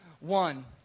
one